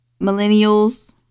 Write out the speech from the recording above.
Millennials